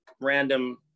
random